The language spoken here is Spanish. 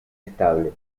estable